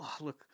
look